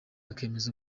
akemeza